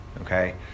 okay